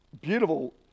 beautiful